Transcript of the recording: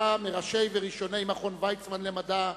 היה מראשי וראשוני מכון ויצמן למדע,